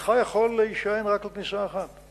אינך יכול להישען רק על כניסה אחת.